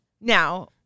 Now